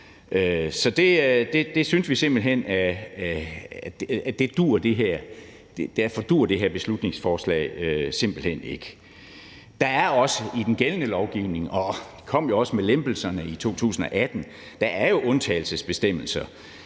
derfor duer det her beslutningsforslag simpelt hen ikke. Der er også i den gældende lovgivning – og det kom jo også med lempelserne i 2018 – undtagelsesbestemmelser.